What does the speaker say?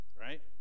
Right